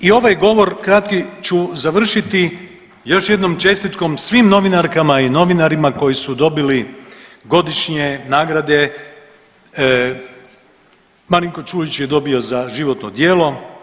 I ovaj govor kratki ću završiti još jednom čestitkom svim novinarkama i novinarima koji su dobili godišnje nagrade, Marinko Čulić je dobio za životno djelo.